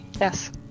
yes